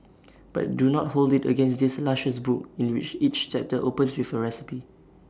but do not hold IT against this luscious book in which each chapter opens with A recipe